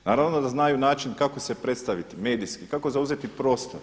Naravno da znaju način kako se predstaviti medijski, kako zauzeti prostor.